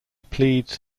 pleads